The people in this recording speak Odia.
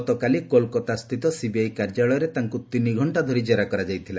ଗତକାଲି କୋଲକତାସ୍ଥିତ ସିବିଆଇ କାର୍ଯ୍ୟାଳୟରେ ତାଙ୍କୁ ତିନିଘକ୍ଷା କେରା କରାଯାଇଥିଲା